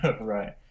right